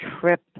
trip